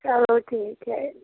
चलो ठीक है